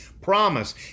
promise